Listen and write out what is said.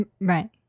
Right